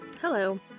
Hello